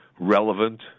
relevant